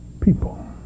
people